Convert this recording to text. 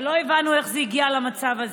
ולא הבנו איך זה הגיע למצב הזה.